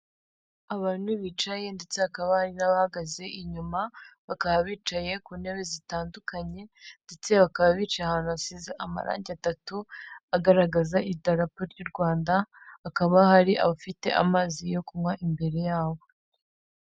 Abantu bicaye ndetse hakaba hari n'abahagaze inyuma, bakaba bicaye ku ntebe zitandukanye ndetse bakaba bicaye ahantu hasize amarangi atatu, agaragaza idarapo ry'u Rwanda, hakaba hari abafite amazi yo kunywa imbere yabo.